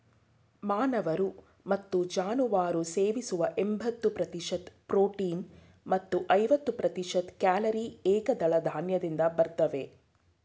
ಮಾನವರು ಮತ್ತು ಜಾನುವಾರು ಸೇವಿಸುವ ಎಂಬತ್ತು ಪ್ರತಿಶತ ಪ್ರೋಟೀನ್ ಮತ್ತು ಐವತ್ತು ಪ್ರತಿಶತ ಕ್ಯಾಲೊರಿ ಏಕದಳ ಧಾನ್ಯದಿಂದ ಬರ್ತವೆ